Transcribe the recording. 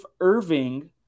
Irving